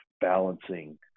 balancing